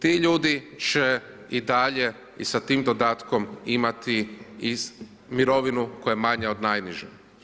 Ti ljudi će i dalje i sa tim dodatkom imati mirovinu koja je manja on najniže.